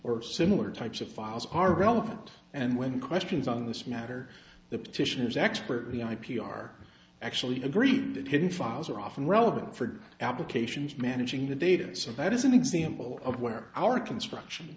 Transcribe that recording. or similar types of files are relevant and when questions on this matter the petitioners expertly i p r actually agree that hidden files are often relevant for applications managing the data so that is an example of where our construction